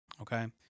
okay